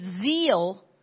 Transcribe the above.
zeal